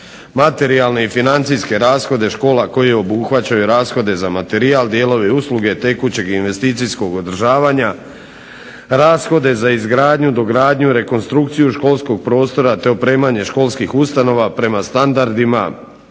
materijalne i financijske rashode škola koje obuhvaćaju rashode za materijal, dijelove i usluge tekućeg i investicijskog održavanja, rashode za izgradnju, dogradnju, rekonstrukciju školskog prostora te opremanje školskih ustanova prema standardima,